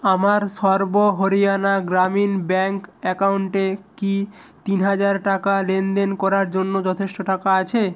আমার সর্ব হরিয়ানা গ্রামীণ ব্যাংক অ্যাকাউন্টে কি তিন হাজার টাকা লেনদেন করার জন্য যথেষ্ট টাকা আছে